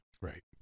Right